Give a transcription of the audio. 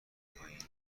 پایین